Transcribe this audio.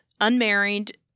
unmarried